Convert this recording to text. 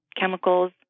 chemicals